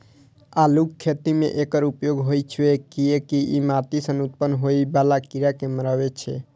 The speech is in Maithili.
आलूक खेती मे एकर उपयोग होइ छै, कियैकि ई माटि सं उत्पन्न होइ बला कीड़ा कें मारै छै